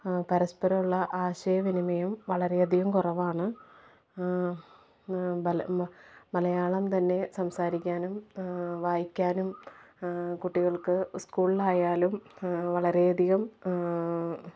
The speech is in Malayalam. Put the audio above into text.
പരസ്പരമുള്ള ആശയവിനിമയം വളരെ അധികം കുറവാണ് ബല മലയാളം തന്നെ സംസാരിക്കാനും വായിക്കാനും കുട്ടികൾക്ക് സ്കൂളിലായാലും വളരേയധികം